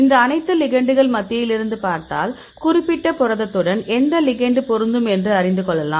இந்த அனைத்து லிகெண்டுகள் மத்தியில் இருந்து பார்த்தால் குறிப்பிட்ட புரதத்துடன் எந்த லிகெண்ட் பொருந்தும் என்று அறிந்து கொள்ளலாம்